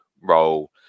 role